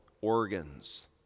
organs